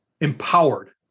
empowered